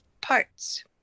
parts